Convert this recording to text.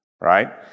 Right